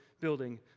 building